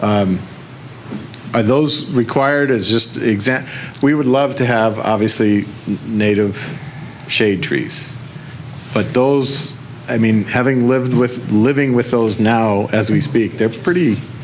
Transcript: are those required as just exactly we would love to have obviously native shade trees but those i mean having lived with living with those now as we speak they're pretty